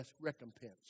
recompense